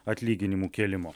atlyginimų kėlimo